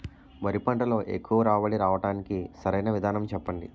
వరి పంటలో ఎక్కువ రాబడి రావటానికి సరైన విధానం చెప్పండి?